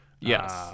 yes